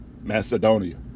Macedonia